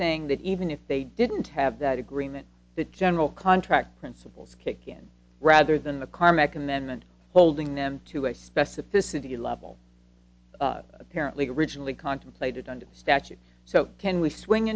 saying that even if they didn't have that agreement the general contractor and simples kick in rather than a karmic in them and holding them to a specificity level apparently originally contemplated under the statute so can we swing